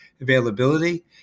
availability